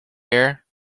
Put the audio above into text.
air